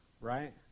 right